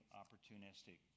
opportunistic